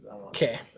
Okay